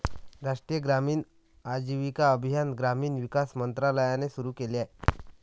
राष्ट्रीय ग्रामीण आजीविका अभियान ग्रामीण विकास मंत्रालयाने सुरू केले